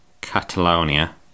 Catalonia